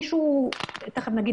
אני אסיים כאן.